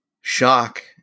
shock